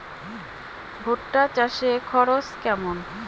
ভুট্টা চাষে খরচ কেমন?